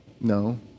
No